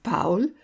Paul